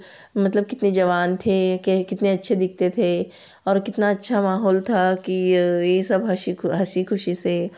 मतलब कितने जवान थे के कितने अच्छे दिखते थे और कितना अच्छा माहौल था कि यह सब हँसी को हँसी खुशी से